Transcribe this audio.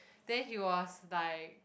then he was like